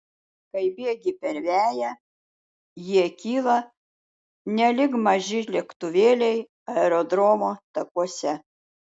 kai bėgi per veją jie kyla nelyg maži lėktuvėliai aerodromo takuose